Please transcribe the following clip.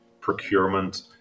procurement